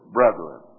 brethren